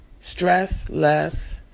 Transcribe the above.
Stressless